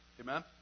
Amen